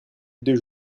deux